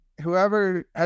whoever